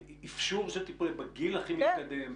אפשור של טיפולי פוריות בגיל הכי מתקדם.